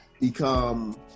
become